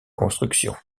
construction